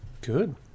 Good